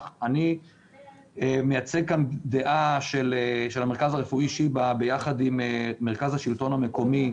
אני מייצג כאן דעה של המרכז הרפואי שיבא ביחד עם מרכז שלטון מקומי,